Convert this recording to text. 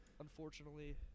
unfortunately